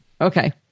Okay